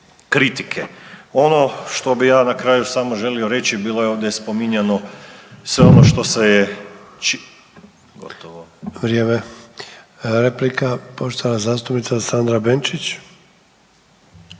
kritike. Ono što bih ja na kraju samo želio reći, bilo je ovdje spominjano sve ono što se je